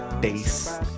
bass